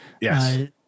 Yes